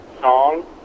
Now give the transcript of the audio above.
song